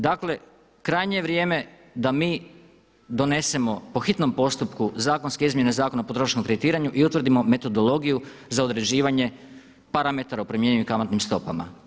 Dakle, krajnje je vrijeme da mi donesemo po hitnom postupku zakonske izmjene Zakona o potrošačkom kreditiranju i utvrdimo metodologiju za određivanje parametara o promjenjivim kamatnim stopama.